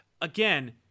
Again